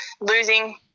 losing